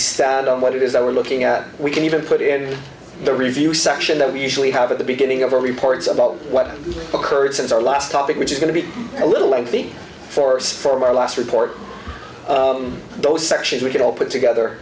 stand on what it is that we're looking at we can even put in the review section that we usually have at the beginning of our reports about what occurred since our last topic which is going to be a little lengthy force from our last report those sections we can all put together